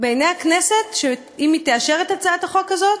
בעיני הכנסת, אם היא תאשר את הצעת החוק הזאת,